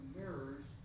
mirrors